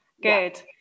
good